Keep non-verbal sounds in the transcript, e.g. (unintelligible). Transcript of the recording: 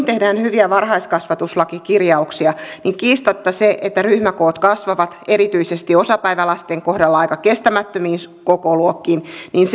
(unintelligible) tehdään hyviä varhaiskasvatuslakikirjauksia niin kiistatta se että ryhmäkoot kasvavat erityisesti osapäivälasten kohdalla aika kestämättömiin kokoluokkiin